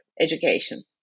education